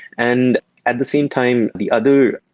and at the same time, the other